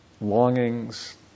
longings